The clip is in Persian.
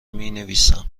مینویسم